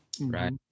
right